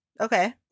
Okay